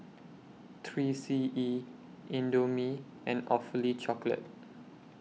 three C E Indomie and Awfully Chocolate